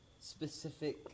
specific